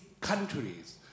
countries